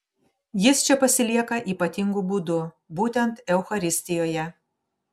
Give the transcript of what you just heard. jis čia pasilieka ypatingu būdu būtent eucharistijoje